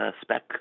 spec